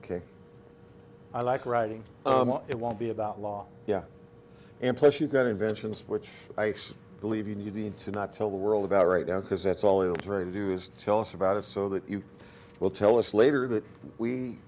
ok i like writing it won't be about law yeah and plus you've got inventions which i believe you need to not tell the world about right now because that's all you very do is tell us about it so that you will tell us later that we